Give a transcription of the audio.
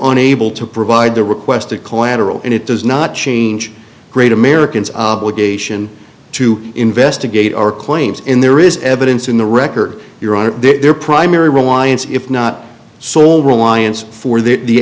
unable to provide the requested collateral and it does not change great americans obligation to investigate our claims in there is evidence in the record your honor their primary reliance if not sole reliance for the